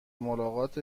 ملاقات